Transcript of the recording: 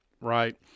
right